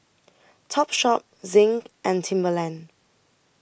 Topshop Zinc and Timberland